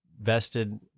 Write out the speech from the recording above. vested